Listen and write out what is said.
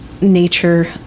nature